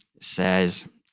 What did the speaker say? says